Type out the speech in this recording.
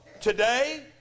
Today